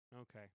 Okay